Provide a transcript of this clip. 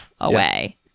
away